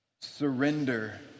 Surrender